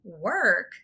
work